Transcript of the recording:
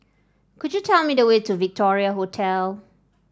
could you tell me the way to Victoria Hotel